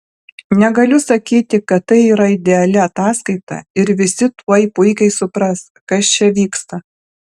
negaliu sakyti kad tai yra ideali ataskaita ir visi tuoj puikiai supras kas čia vyksta